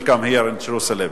Welcome here in Jerusalem,